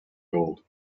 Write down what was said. gold